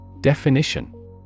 Definition